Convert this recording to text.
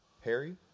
Harry